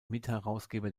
mitherausgeber